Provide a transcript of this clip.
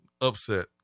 upset